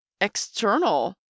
external